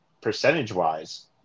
percentage-wise